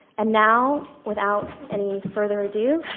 and now, without any further ado,